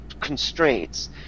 constraints